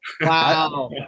wow